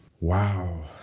Wow